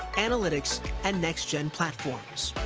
analytics and next gen platforms.